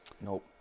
nope